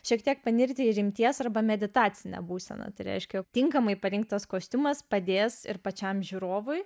šiek tiek panirti į rimties arba meditacinę būseną tai reiškia jog tinkamai parinktas kostiumas padės ir pačiam žiūrovui